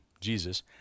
Jesus